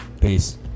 Peace